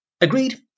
agreed